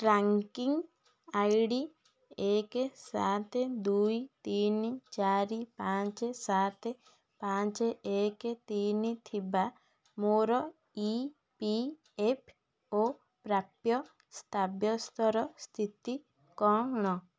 tracking I D ଏକ ସାତ ଦୁଇ ତିନି ଚାରି ପାଞ୍ଚ ସାତେ ପାଞ୍ଚ ଏକ ତିନି ଥିବା ମୋର ଇ ପି ଏଫ୍ ଓ ପ୍ରାପ୍ୟ ସାବ୍ୟସ୍ତର ସ୍ଥିତି କ'ଣ